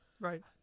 right